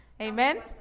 Amen